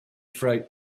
freight